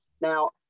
Now